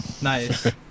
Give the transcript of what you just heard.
nice